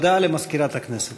הודעה למזכירת הכנסת.